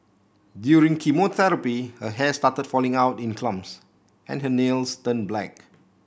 during chemotherapy her hair started falling out in clumps and her nails turned black